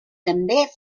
també